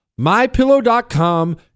MyPillow.com